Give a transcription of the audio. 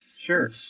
Sure